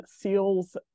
Seals